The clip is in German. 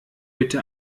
bitte